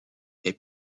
est